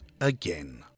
again